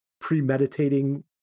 premeditating